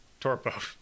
Torpo